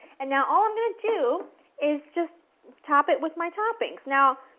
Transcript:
and now all i'm going to do is just top it with my toppings. now,